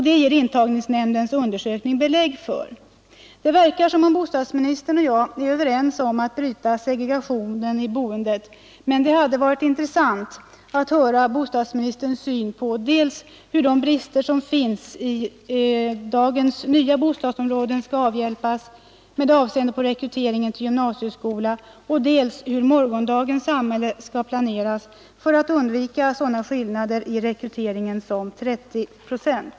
Det ger intagningsnämndens undersökning belägg för. Det verkar som om bostadsministern och jag är överens om att bryta segregationen i boendet, men det hade varit intressant att höra bostadsministerns syn på dels hur de brister som finns i dagens nya bostadsområden skall avhjälpas med avseende på rekryteringen till gymnasieskola, dels hur morgondagens samhällen skall planeras för att undvika sådana skillnader i rekryteringen som 30 procent.